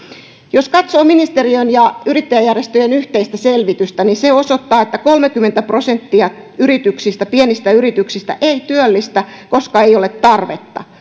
jos katsoo ministeriön ja yrittäjäjärjestöjen yhteistä selvitystä se osoittaa että kolmekymmentä prosenttia pienistä yrityksistä ei työllistä koska ei ole tarvetta